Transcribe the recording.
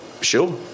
sure